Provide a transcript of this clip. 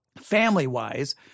family-wise